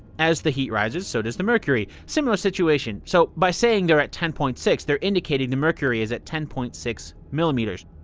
as the heat rises, so does the mercury. similar situation, so by saying they're at ten point six they're indicating the mercury is at ten point six millimeters.